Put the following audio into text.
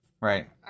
Right